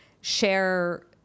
share